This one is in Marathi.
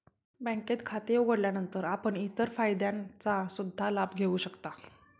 बँकेत खाते उघडल्यानंतर आपण इतर फायद्यांचा सुद्धा लाभ घेऊ शकता